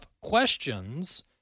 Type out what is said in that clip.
questions